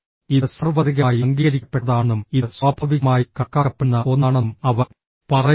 ഇത് സാർവത്രികമായി അംഗീകരിക്കപ്പെട്ടതാണെന്നും ഇത് സ്വാഭാവികമായി കണക്കാക്കപ്പെടുന്ന ഒന്നാണെന്നും അവർ പറയുന്നു